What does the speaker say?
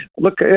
Look